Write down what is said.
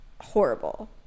horrible